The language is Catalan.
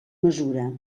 mesura